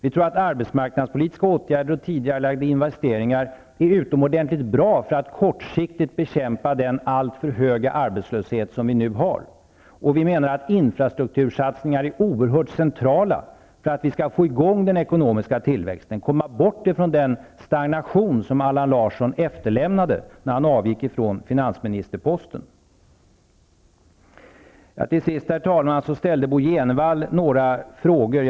Vi tror att arbetsmarknadspolitiska åtgärder och tidigareläggningar av investeringar är utomordentligt bra för att kortsiktigt bekämpa den alltför höga arbetslöshet som vi nu har. Vi menar att infrastruktursatsningar är oerhört centrala för att vi skall få i gång den ekonomiska tillväxten och komma bort från den stagnation som Allan Larsson efterlämnade när han avgick från finansministerposten. Till sist, herr talman, ställde Bo G Jenevall några frågor.